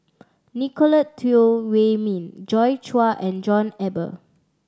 Nicolette Teo Wei Min Joi Chua and John Eber